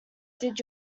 did